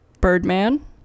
Birdman